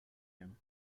him